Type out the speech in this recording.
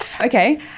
Okay